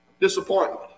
disappointment